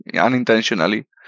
Unintentionally